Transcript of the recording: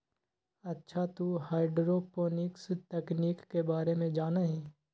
अच्छा तू हाईड्रोपोनिक्स तकनीक के बारे में जाना हीं?